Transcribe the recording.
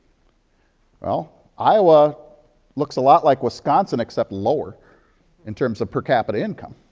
well, iowa looks a lot like wisconsin except lower in terms of per capita income.